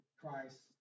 Christ